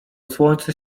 słońce